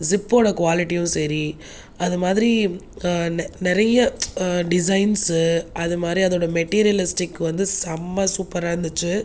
ஜிப்போடய குவாலிட்டியும் சரி அது மாதிரி நிறைய டிசைன்ஸு அது மாதிரி அதோடய மெட்டிரியலிஸ்ட்டுக்கு வந்து செம சூப்பராக இருந்துச்சு